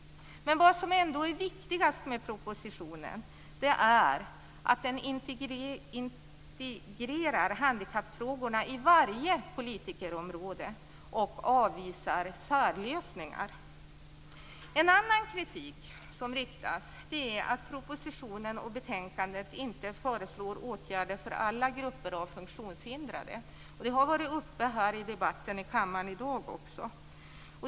Men det viktigaste med propositionen är ändå att den integrerar handikappfrågorna på varje politikområde och avvisar särlösningar. En annan del av kritiken som riktats gäller att man i propositionen och betänkandet inte föreslår åtgärder för alla grupper av funktionshindrade. Det har också varit uppe här i debatten i kammaren i dag.